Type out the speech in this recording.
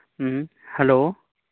ᱦᱮᱸ ᱦᱮᱞᱳ